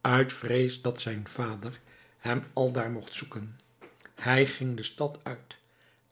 uit vrees dat zijn vader hem aldaar mogt zoeken hij ging de stad uit